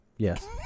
Yes